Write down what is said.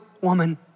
woman